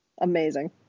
Amazing